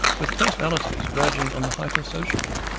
with personalities verging on the hypersociable,